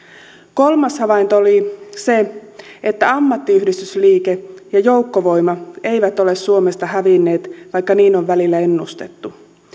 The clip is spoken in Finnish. kolmas havainto oli se että ammattiyhdistysliike ja joukkovoima eivät ole suomesta hävinneet vaikka niin on välillä ennustettu